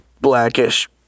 blackish